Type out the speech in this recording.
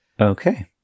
Okay